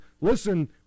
listen